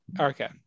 Okay